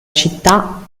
città